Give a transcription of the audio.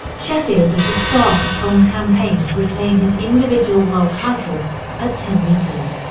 sheffield is the start of tom's campaign to retain his individual world title at ten metres.